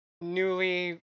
newly